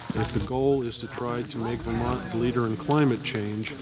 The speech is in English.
the goal is to try to make vermont the leader in climate change,